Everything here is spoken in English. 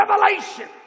revelation